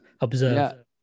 observe